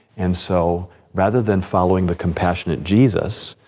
and so rather than following the compassionate jesus,